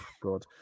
god